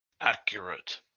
Accurate